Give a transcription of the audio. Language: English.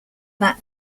that